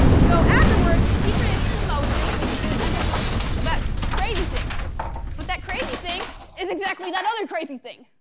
so, afterwards, he predicted the motion which is gonna end up like that but crazy thing but that crazy thing is exactly that other crazy thing.